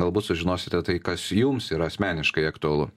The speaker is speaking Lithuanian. galbūt sužinosite tai kas jums yra asmeniškai aktualu